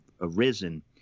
arisen